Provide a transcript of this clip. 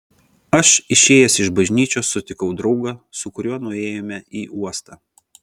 aš išėjęs iš bažnyčios sutikau draugą su kuriuo nuėjome į uostą